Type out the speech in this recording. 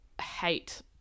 hate